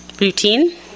routine